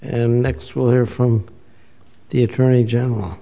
and next we'll hear from the attorney general